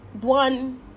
one